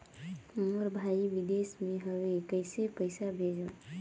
मोर भाई विदेश मे हवे कइसे पईसा भेजो?